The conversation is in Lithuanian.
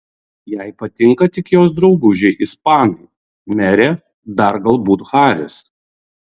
jai patinka tik jos draugužiai ispanai merė dar galbūt haris